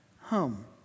home